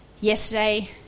yesterday